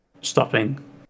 stopping